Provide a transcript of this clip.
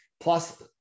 plus